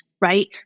right